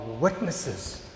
witnesses